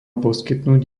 poskytnúť